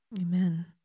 Amen